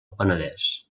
penedès